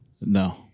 No